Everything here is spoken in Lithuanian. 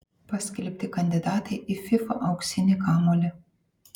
paskelbti kandidatai į fifa auksinį kamuolį